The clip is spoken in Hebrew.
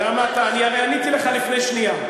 אני הרי עניתי לך לפני שנייה.